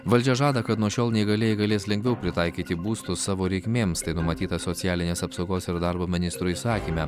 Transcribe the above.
valdžia žada kad nuo šiol neįgalieji galės lengviau pritaikyti būstus savo reikmėms tai numatyta socialinės apsaugos ir darbo ministro įsakyme